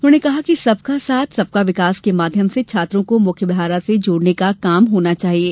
उन्होंने कहा कि सबका साथ सबका विकास के माध्यम से छात्रों को मुख्यधारा से जोड़ने का काम होना चाहिये